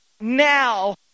now